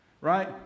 Right